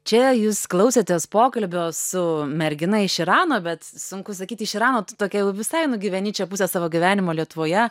čia jūs klausėtės pokalbio su mergina iš irano bet sunku sakyt iš irano tu tokia jau visai nu gyveni čia pusę savo gyvenimo lietuvoje